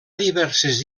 diverses